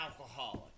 alcoholic